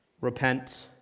Repent